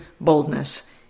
boldness